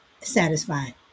satisfied